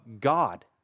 God